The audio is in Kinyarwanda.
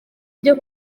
byo